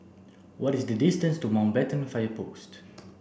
what is the distance to Mountbatten Fire Post